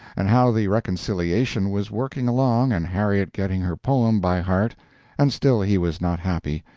and how the reconciliation was working along and harriet getting her poem by heart and still he was not happy,